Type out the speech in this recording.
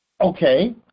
Okay